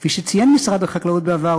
כפי שציין משרד החקלאות בעבר,